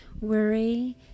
Worry